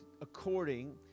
according